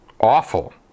Awful